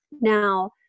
Now